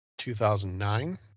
2009